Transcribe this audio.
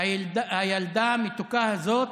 הילדה המתוקה הזאת,